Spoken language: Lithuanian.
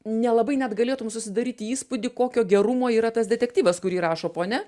nelabai net galėtum susidaryti įspūdį kokio gerumo yra tas detektyvas kurį rašo ponia